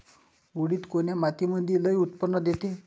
उडीद कोन्या मातीमंदी लई उत्पन्न देते?